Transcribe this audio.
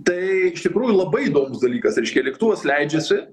tai iš tikrųjų labai įdomus dalykas reiškia lėktuvas leidžiasi